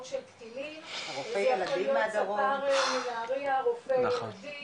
של קטינים ולדוגמה היה מנהריה רופא ילדים,